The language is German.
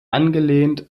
angelehnt